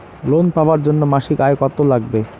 Loan পাবার জন্যে মাসিক আয় কতো লাগবে?